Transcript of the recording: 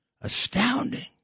Astounding